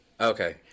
Okay